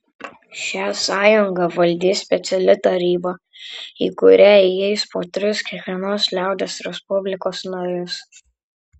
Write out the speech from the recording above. šią sąjungą valdys speciali taryba į kurią įeis po tris kiekvienos liaudies respublikos narius